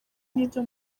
n’ibyo